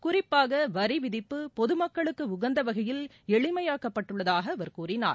குறிப்பாக வரி விதிப்பு பொதுமக்களுக்கு உகந்த வகையில் எளிமையாக்கப்பட்டுள்ளதாக அவர் கூறினார்